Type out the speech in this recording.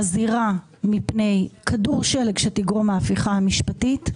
מזהירה מפני כדור שלג שתגרום ההפיכה המשפטית,